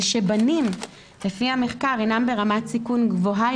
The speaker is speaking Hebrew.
זה שבנים לפי המחקר הינם ברמת סיכון גבוהה